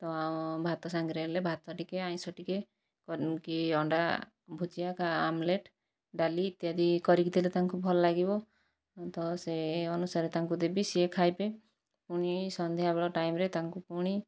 ତ ଭାତ ସାଙ୍ଗରେ ହେଲେ ଭାତ ଟିକେ ଆଇଁଷ ଟିକେ କି ଅଣ୍ଡା ଭୁଜିଆ ଆମ୍ଲେଟ୍ ଡାଲି ଇତ୍ୟାଦି କରିକି ଦେଲେ ତାଙ୍କୁ ଭଲ ଲାଗିବ ତ ସେ ଅନୁସାରେ ତାଙ୍କୁ ଦେବି ସିଏ ଖାଇବେ ପୁଣି ସନ୍ଧ୍ୟାବେଳ ଟାଇମରେ ତାଙ୍କୁ ପୁଣି